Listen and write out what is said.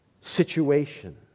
situation